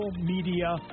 media